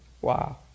Wow